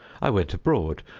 i went abroad.